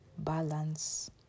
Balance